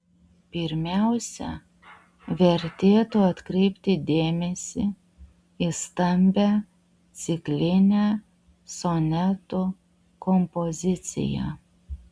pirmiausia vertėtų atkreipti dėmesį į stambią ciklinę sonetų kompoziciją